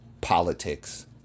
politics